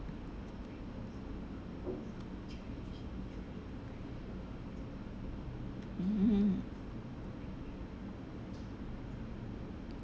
mm